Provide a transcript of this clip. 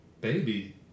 baby